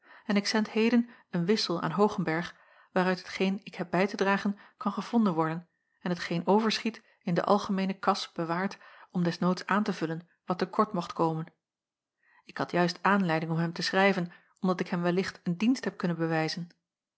en ik zend heden een wissel aan hoogenberg waaruit hetgeen ik heb bij te dragen kan gevonden worden en hetgeen overschiet in de algemeene kas bewaard om des noods aan te vullen wat te kort mocht komen ik had juist aanleiding om hem te schrijven omdat ik hem wellicht een dienst heb kunnen bewijzen